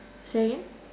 say again